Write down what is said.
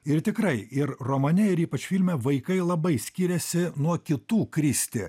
ir tikrai ir romane ir ypač filme vaikai labai skiriasi nuo kitų kristi